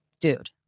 dude